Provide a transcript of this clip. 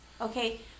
Okay